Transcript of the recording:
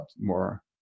more